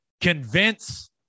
convince